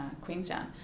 Queenstown